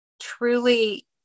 truly